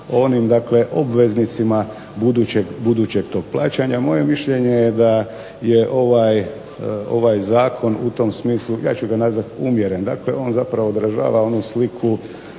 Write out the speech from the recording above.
onim obveznicima budućeg tog plaćanja, moje mišljenje je da ovaj zakon u tom smislu, ja ću ga nazvati umjeren. On zapravo odražava onu sliku